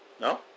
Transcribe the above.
No